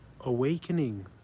awakening